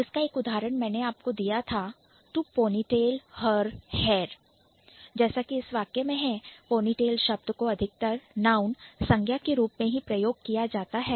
जिसका एक उदाहरण मैंने आपको दिया था To ponytail her hair to ponytail her hair जैसा कि इस वाक्य में है पोनीटेल शब्द को अधिकतर Noun संज्ञा के रूप में ही प्रयोग किया जाता है